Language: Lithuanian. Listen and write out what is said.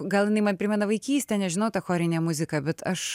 gal jinai man primena vaikystę nežinau ta chorinė muzika bet aš